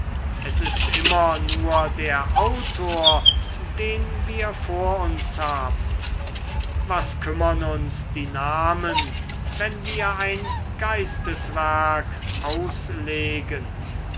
es ist immer nur der autor den wir vor uns haben was kümmern uns die namen wenn wir ein geisteswerk auslegen